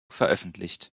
veröffentlicht